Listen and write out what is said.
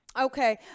Okay